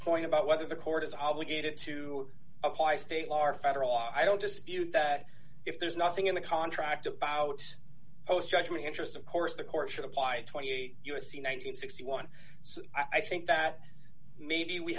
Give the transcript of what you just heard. point about whether the court is obligated to acquire state law or federal law i don't dispute that if there's nothing in the contract about post judgment interest of course the court should apply twenty eight u s c nine hundred and sixty one so i think that maybe we